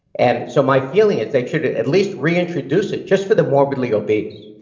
and so my feeling is they should at least reintroduce it just for the morbidly obese,